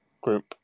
group